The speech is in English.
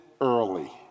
early